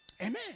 Amen